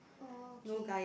okay